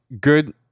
good